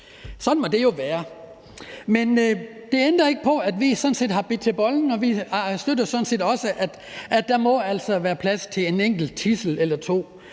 Sådan må det jo være. Men det ændrer ikke på, at vi sådan set har bidt til bolle, og at vi altså også støtter, at der må være plads til en enkelt tidsel eller to.